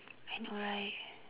I know right